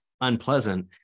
unpleasant